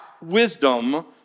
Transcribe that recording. wisdom